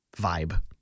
vibe